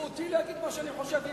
זכותי להגיד מה שאני חושב,